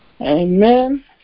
Amen